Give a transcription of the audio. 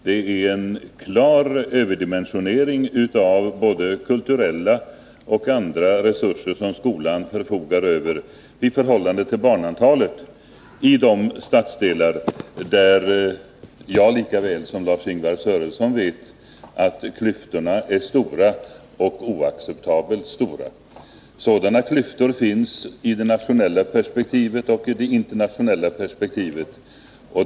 I de stadsdelar där jag lika väl som Lars-Ingvar Sörenson vet att klyftorna är stora, ja, oacceptabelt stora, förfogar skolan över i förhållande till barnantalet klart överdimensionerade både kulturella och andra resurser. Sådana klyftor finns både i det nationella och i det internationella perspektivet.